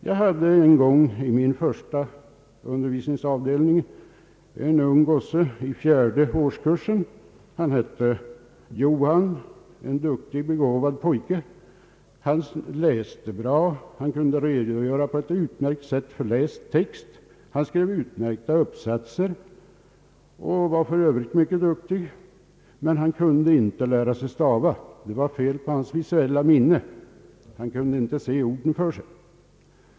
Jag hade i min första undervisningsavdelning en gosse i fjärde årskursen som hette Johan och var en duktig och begåvad pojke. Han läste bra, han kunde på ett utmärkt sätt redogöra för läst text, han skrev utmärkta uppsatser och var för övrigt mycket duktig, men han kunde inte lära sig stava. Det var fel på hans visuella minne. Han kunde inte se orden för sig.